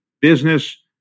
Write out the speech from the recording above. business